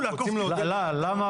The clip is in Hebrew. זה עלה